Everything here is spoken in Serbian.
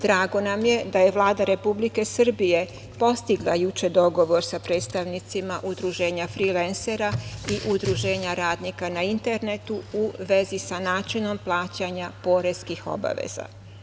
Drago nam je da je Vlada Republike Srbije postigla juče dogovor sa predstavnicima Udruženja frilensera i Udruženja radnika na internetu u vezi sa načinom plaćanja poreskih obaveza.